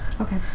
Okay